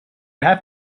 have